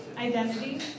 Identity